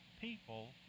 People